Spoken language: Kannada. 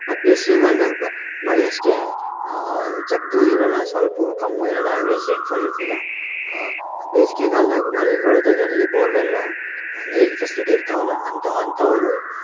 ಮತ್ತು ಬೇಸ್ಗೆಗಾಲ್ದಾಗ ಮಳೆ ಅಷ್ಟೇ ಜಗ್ಗೂ ಇರೋಲ್ಲ ಸಲ್ಪ ಕಮ್ಮೂ ಇರೋಲ್ಲ ಆ್ಯವ್ರೇಜ್ ರೈನ್ಫಾಲ್ ಇರ್ತದೆ ಬೇಸ್ಗೆಗಾಲ್ದಾಗ ಹೊಲ್ಗಳ್ದಾಗ ಎಲ್ಲಿ ಬೋರ್ವೆಲ್ಲ ನೀರಿನ ಫೆಸ್ಲಿಟಿ ಇರ್ತವಲ್ಲ ಅಂಥ ಅಂಥವರು